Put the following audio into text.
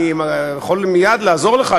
אני יכול מייד לעזור לך,